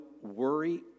worry